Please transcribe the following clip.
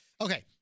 Okay